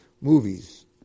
movies